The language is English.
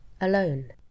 alone